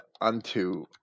unto